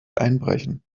einbrechen